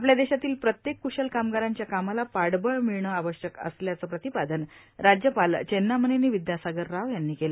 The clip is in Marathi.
आपल्या देशातील प्रत्येक क्शल कामगारांच्या कामाला पाठबळ मिळणे आवश्यक असल्याचे राज्यपाल चेन्नामनेनी विदयासागर राव यांनी सांगितले